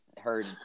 heard